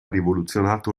rivoluzionato